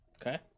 Okay